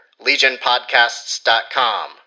LegionPodcasts.com